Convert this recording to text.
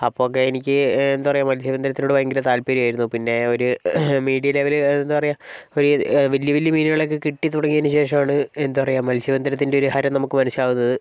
അപ്പോൾ ഒക്കെ എനിക്ക് എന്താ പറയാ മൽസ്യബന്ധനത്തിനോടൊക്കെ വലിയ താല്പര്യമായിരുന്നു പിന്നെ ഒരു മീഡിയം ലെവല് എന്താ പറയാ ഒരു വലിയ വലിയ മീനുകളെയൊക്കെ കിട്ടി തുടങ്ങിയതിന് ശേഷമാണ് എന്താ പറയാ മൽസ്യബന്ധനത്തിൻറെ ഒരു ഹരം നമുക്ക് മനസ്സിലാവുന്നത്